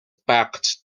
backed